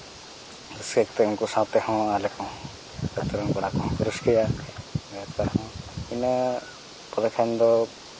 ᱨᱟᱹᱥᱠᱟᱹ ᱠᱟᱛᱮ ᱩᱱᱠᱩ ᱥᱟᱶᱛᱮᱦᱚᱸ ᱟᱞᱮ ᱠᱚ ᱟᱛᱳ ᱨᱮᱱ ᱠᱚᱲᱟ ᱠᱚᱦᱚᱸ ᱠᱚ ᱨᱟᱹᱥᱠᱟᱹᱭᱟ ᱵᱟᱹᱨᱭᱟᱹᱛ ᱠᱚᱦᱚᱸ ᱤᱱᱟᱹ ᱯᱚᱨᱮ ᱠᱷᱟᱱ ᱫᱚ